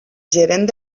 gerent